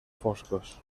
foscos